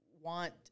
want –